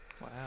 wow